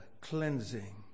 cleansing